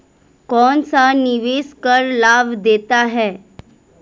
कौनसा निवेश कर लाभ देता है?